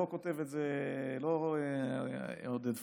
לא כותב את זה עודד פורר.